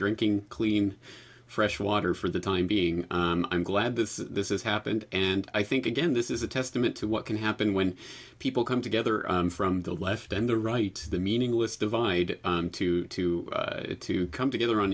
drinking clean fresh water for the time being i'm glad this this is happened and i think again this is a testament to what can happen when people come together from the left and the right the meaningless divide into two to come together on